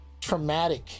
traumatic